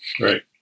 Right